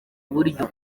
buryo